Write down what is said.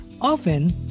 often